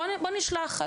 בוא נשלח,